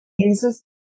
Jesus